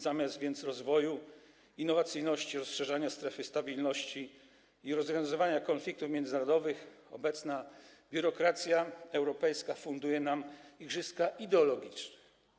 Zamiast rozwoju innowacyjności, rozszerzania strefy stabilności i rozwiązywania konfliktów międzynarodowych obecna biurokracja europejska funduje nam igrzyska ideologiczne.